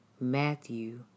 Matthew